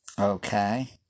Okay